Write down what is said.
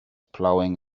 plowing